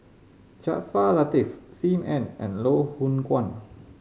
Jaafar Latiff Sim Ann and Loh Hoong Kwan